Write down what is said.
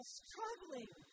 struggling